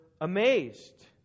amazed